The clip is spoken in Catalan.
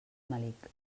melic